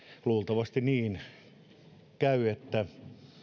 luultavasti käy niin että